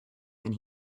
and